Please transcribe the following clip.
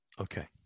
Okay